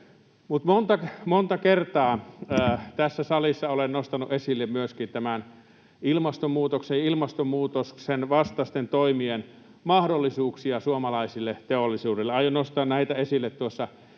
monta kertaa tässä salissa olen nostanut esille myöskin ilmastonmuutoksen vastaisten toimien mahdollisuuksia suomalaiselle teollisuudelle. Aion nostaa näitä esille tuossa